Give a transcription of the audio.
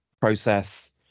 process